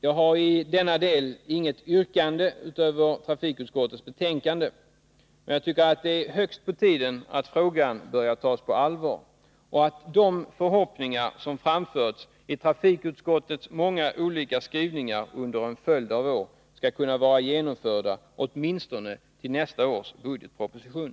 Jag har i denna del inget yrkande utöver trafikutskottets hemställan, men jag tycker att det är hög tid att frågan börjar tas på allvar och att de förhoppningar som framförts i trafikutskottets många olika skrivningar under en följd av år skall kunna vara infriade åtminstone till nästa års budgetproposition.